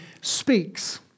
speaks